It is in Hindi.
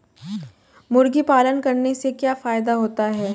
मुर्गी पालन करने से क्या फायदा होता है?